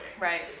Right